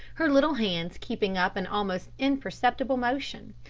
her little hands keeping up an almost imperceptible motion.